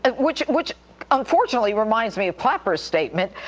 and which which unfortunately reminds me of clapper's statement,